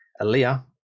Aaliyah